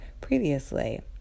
previously